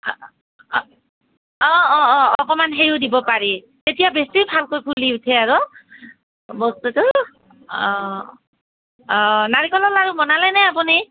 অঁ অঁ অকমান সেইয়ো দিব পাৰি তেতিয়া বেছি ভালকৈ ফুলি উঠে আৰু বস্তুটো অঁ অঁ নাৰিকলৰ লাৰু বনালে নে আপুনি